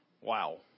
Wow